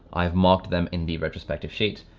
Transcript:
i have marked them in the retrospective sheet.